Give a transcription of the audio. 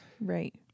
Right